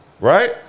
right